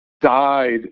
died